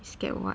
scared what